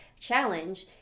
challenge